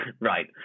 Right